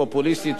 פופוליסטית,